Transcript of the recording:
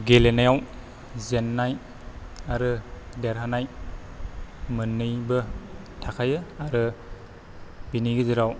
गेलेनायाव जेन्नाय आरो देरहानाय मोन्नैबो थाखायो आरो बिनि गेजेराव